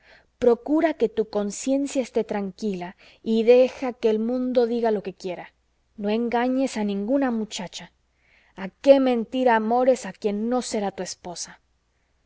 procura que tu conciencia esté tranquila y deja que el mundo diga lo que quiera no engañes a ninguna muchacha a qué mentir amores a quien no será tu esposa